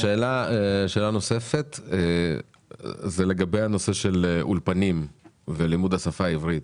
שאלה נוספת היא לגבי הנושא של אולפנים ולימוד השפה העברית.